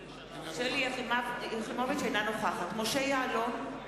אינה נוכחת משה יעלון,